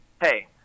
Hey